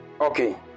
Okay